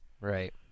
Right